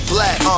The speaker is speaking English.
Black